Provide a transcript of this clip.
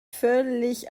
völlig